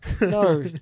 no